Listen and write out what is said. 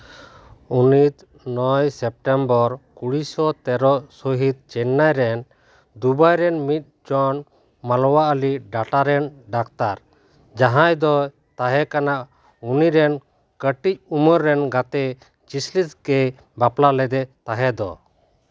ᱩᱱᱤ ᱫᱚ ᱱᱚᱭ ᱥᱮᱯᱴᱮᱢᱵᱚᱨ ᱠᱩᱲᱤᱥᱚ ᱛᱮᱨᱚ ᱥᱟᱹᱦᱤᱛ ᱪᱮᱱᱱᱟᱭ ᱨᱮ ᱫᱩᱵᱟᱭ ᱨᱮᱱ ᱢᱤᱫ ᱡᱚᱱ ᱢᱟᱞᱣᱟ ᱟᱹᱞᱤ ᱰᱟᱴᱟ ᱨᱮᱱ ᱰᱟᱠᱛᱟᱨ ᱡᱟᱦᱟᱸᱭ ᱫᱚᱭ ᱛᱟᱦᱮᱸ ᱠᱟᱱᱟ ᱩᱱᱤ ᱨᱮᱱ ᱠᱟᱹᱴᱤᱡ ᱩᱢᱮᱨ ᱨᱮᱱ ᱜᱟᱛᱮ ᱡᱮᱥᱞᱤᱥᱴ ᱜᱮᱭ ᱵᱟᱯᱞᱟ ᱞᱮᱫᱮ ᱛᱟᱦᱮᱸᱫ